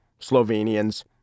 Slovenians